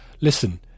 listen